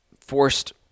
forced